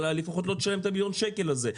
אבל לפחות לא תשלם את מיליון השקל הזה,